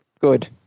good